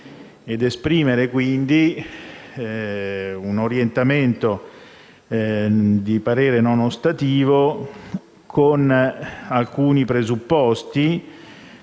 ed esprimere quindi un orientamento di parere non ostativo con alcuni presupposti: